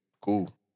Cool